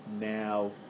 now